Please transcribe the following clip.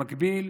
במקביל,